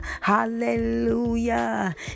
hallelujah